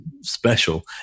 special